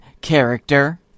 character